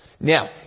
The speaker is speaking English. Now